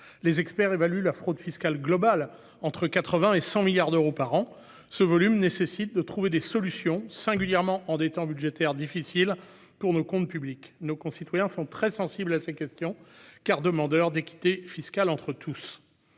Les experts évaluent la fraude fiscale globale entre 80 et 100 milliards d'euros par an. Ce volume nécessite de trouver des solutions, singulièrement en des temps budgétaires difficiles pour nos comptes publics. Nos concitoyens sont très sensibles à ces questions, car ils sont demandeurs d'équité fiscale entre tous.